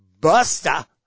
Buster